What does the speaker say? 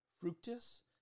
fructus